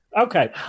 Okay